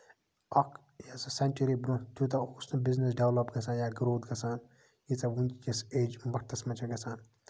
اکھ یۄس سینچری برونٹھ تیوٗتاہ اوس یہِ بِزنِس ڈیولَپ گژھان یا گرو گژھان ییٖژاہ ؤنکیٚسٕج وقتَس منٛز چھےٚ گژھان